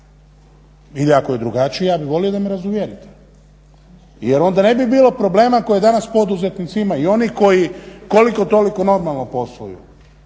Ili ako je drugačije ja bih volio da me razuvjerite jer onda ne bi bilo problema koje danas poduzetnici imaju i oni koji koliko toliko normalno posluju,